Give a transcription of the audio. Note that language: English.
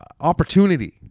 opportunity